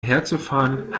herzufahren